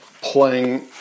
playing